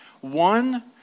One